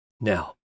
Now